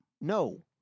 No